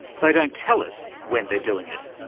they don't tell us when they're doing it.